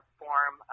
form